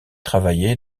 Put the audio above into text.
travaillé